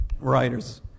writers